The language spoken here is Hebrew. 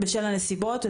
בשל הנסיבות,